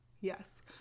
yes